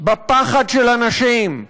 בפחד של אנשים,